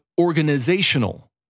organizational